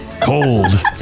cold